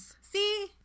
See